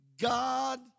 God